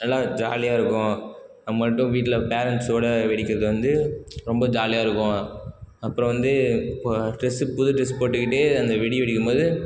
நல்லா ஜாலியாக இருக்கும் நம் மட்டும் வீட்டில் பேரண்ட்ஸோடய வெடிக்கிறது வந்து ரொம்ப ஜாலியாக இருக்கும் அப்புறம் வந்து இப்போ ட்ரெஸ்ஸு புது ட்ரெஸ் போட்டுக்கிட்டு அந்த வெடி வெடிக்கும் போது